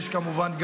כמובן,